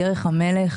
דרך המלך,